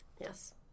Yes